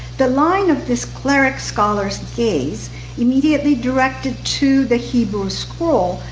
the line of this cleric scholar's gaze immediately directed to the hebrew scroll,